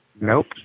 nope